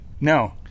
No